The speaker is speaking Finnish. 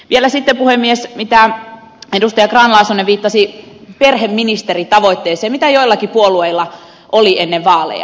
vielä sitten puhemies siitä kun edustaja grahn laasonen viittasi perheministeritavoitteeseen mitä joillakin puolueilla oli ennen vaaleja